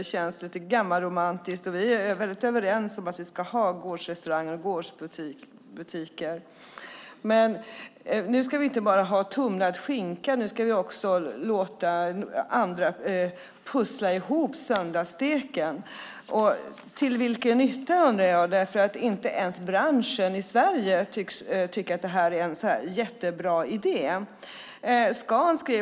Det känns lite gammalromantiskt, och vi är väldigt överens om att vi ska ha gårdsrestauranger och gårdsbutiker. Men nu ska vi inte bara ha tumlad skinka. Nu ska vi också låta andra pussla ihop söndagssteken. Till vilken nytta, undrar jag. Inte ens branschen i Sverige tycks tycka att det här är en jättebra idé.